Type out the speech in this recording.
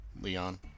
Leon